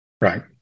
Right